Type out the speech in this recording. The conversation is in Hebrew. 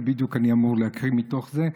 כי בדיוק אני אמור להקריא מתוך זה.